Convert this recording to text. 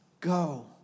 go